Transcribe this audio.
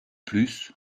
plus